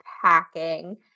packing